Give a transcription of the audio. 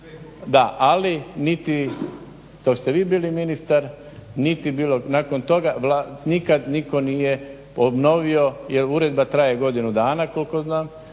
Da, ali niti dok ste vi bili ministar niti nakon toga nikad nitko nije obnovio jer uredba traje godinu dana koliko znam.